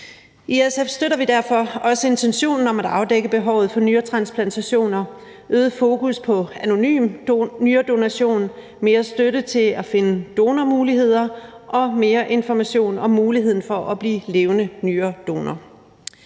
I SF støtter vi derfor også intentionen om at afdække behovet for nyretransplantationer, øget fokus på anonym nyredonation, mere støtte til at finde donormuligheder og mere information om muligheden for at blive levende nyredonor.